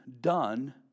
done